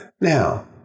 Now